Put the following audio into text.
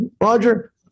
roger